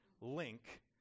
link